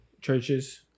churches